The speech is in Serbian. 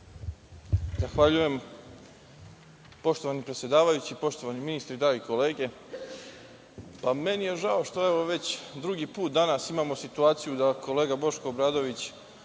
Zahvaljujem. Poštovani predsedavajući, poštovani ministre, drage kolege, meni je žao što već drugi put danas imamo situaciju da kolega Boško Obradović